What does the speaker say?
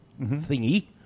thingy